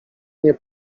nie